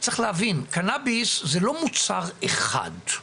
צריך להבין, קנאביס זה לא מוצר אחד,